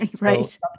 Right